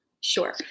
Sure